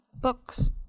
books